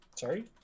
Sorry